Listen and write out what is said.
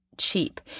cheap